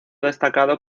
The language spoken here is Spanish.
destacado